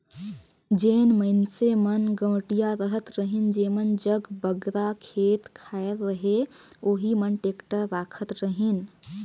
जेन मइनसे मन गवटिया रहत रहिन जेमन जग बगरा खेत खाएर रहें ओही मन टेक्टर राखत रहिन